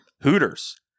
Hooters